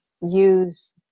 use